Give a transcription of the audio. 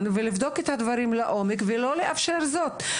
ולבדוק את הדברים לעומק ולא לאפשר זאת.